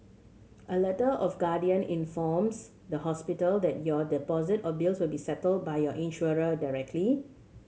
a Letter of informs the hospital that your deposit or bills will be settled by your insurer directly